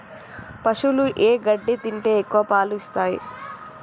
పశువులు ఏ గడ్డి తింటే ఎక్కువ పాలు ఇస్తాయి?